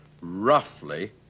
roughly